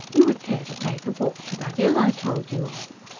you would care to take a walk to that ill i told you of?